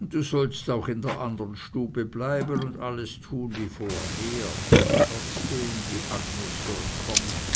du sollst auch in der andern stube bleiben und alles tun wie vorher aber trotzdem die agnes soll kommen